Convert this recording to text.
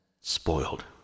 spoiled